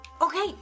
okay